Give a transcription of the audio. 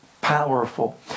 powerful